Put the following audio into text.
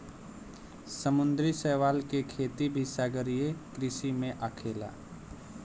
समुंद्री शैवाल के खेती भी सागरीय कृषि में आखेला